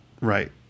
right